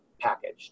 packaged